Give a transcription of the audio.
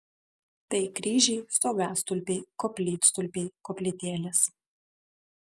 tai kryžiai stogastulpiai koplytstulpiai koplytėlės